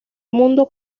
mundo